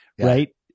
right